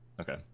Okay